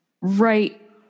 right